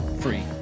free